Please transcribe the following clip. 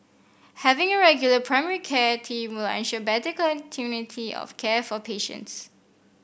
having a regular primary care team will ensure better continuity of care for patients